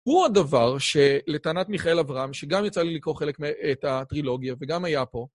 הוא הדבר שלטענת מיכאל אברהם, שגם יצא לי לקרוא חלק מאת הטרילוגיה, וגם היה פה.